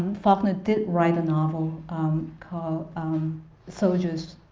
faulkner did write a novel um called um soldier's